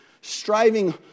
striving